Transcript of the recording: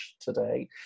today